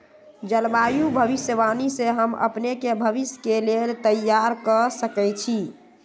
जलवायु भविष्यवाणी से हम अपने के भविष्य के लेल तइयार कऽ सकै छी